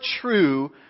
true